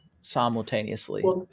simultaneously